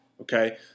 Okay